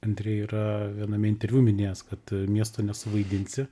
andreh yra viename interviu minėjęs kad miesto nesuvaidinsi